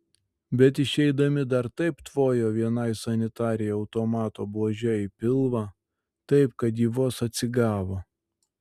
bet išeidami dar taip tvojo vienai sanitarei automato buože į pilvą taip kad ji vos atsigavo